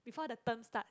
before the term start